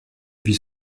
vie